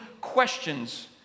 questions